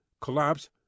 collapse